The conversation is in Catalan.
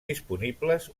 disponibles